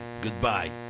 goodbye